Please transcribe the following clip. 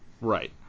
Right